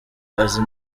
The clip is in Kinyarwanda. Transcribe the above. azi